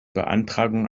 beantragung